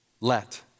Let